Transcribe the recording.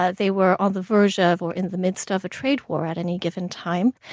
ah they were on the verge ah of or in the midst of a trade war at any given time,